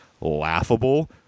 laughable